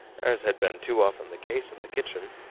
as had been too often the case in the kitchen,